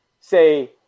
say